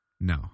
No